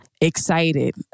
excited